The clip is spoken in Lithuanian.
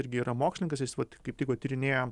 irgi yra mokslininkas jis vat kaip tik vat tyrinėja